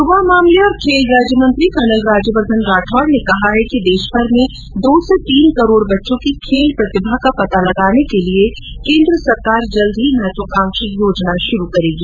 युवा मामले और खेल राज्यमंत्री कर्नल राज्यवर्द्वन राठौड ने कहा है कि देशभर में दो से तीन करोड बच्चों की खेल प्रतिभा का पता लगाने के लिये केन्द सरकार जल्द ही महत्वाकांक्षी योजना शुरू करेगी